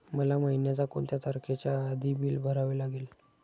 मला महिन्याचा कोणत्या तारखेच्या आधी बिल भरावे लागेल?